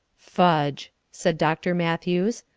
fudge! said dr. matthews.